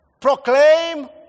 proclaim